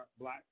Black